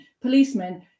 policemen